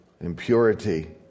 impurity